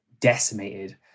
decimated